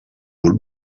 grup